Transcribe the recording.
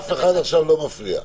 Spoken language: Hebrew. עכשיו אף אחד לא מפריע.